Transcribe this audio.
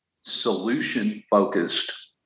solution-focused